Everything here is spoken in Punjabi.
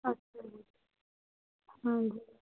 ਅੱਛਾ ਜੀ ਹਾਂਜੀ